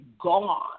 gone